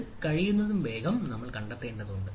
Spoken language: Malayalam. അത് കഴിയുന്നതും വേഗം നമ്മൾ കണ്ടെത്തേണ്ടതുണ്ട്